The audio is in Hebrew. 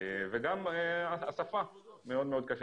וגם מבחינת השפה זה מאוד מאוד קשה.